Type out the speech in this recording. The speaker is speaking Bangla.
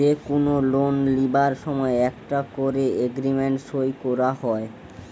যে কুনো লোন লিবার সময় একটা কোরে এগ্রিমেন্ট সই কোরা হয়